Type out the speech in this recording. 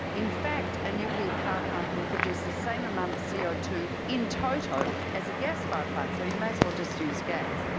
in fact, a nuclear power plant will produce the same amount of c o two in-toto, as a gas-fired plant so you might as well just use gas.